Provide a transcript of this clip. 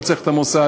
לא צריך את המוסד,